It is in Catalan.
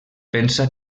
pensa